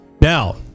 Now